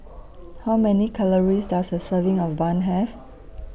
How Many Calories Does A Serving of Bun Have